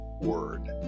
word